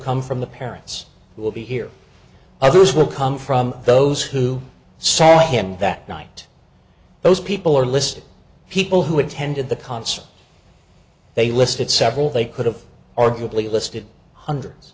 come from the parents will be here others will come from those who saw him that night those people are listed people who attended the concert they listed several they could have arguably listed hundreds